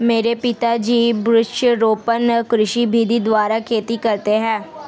मेरे पिताजी वृक्षारोपण कृषि विधि द्वारा खेती करते हैं